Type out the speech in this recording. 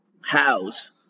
house